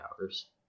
Hours